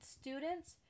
students